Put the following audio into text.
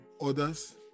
others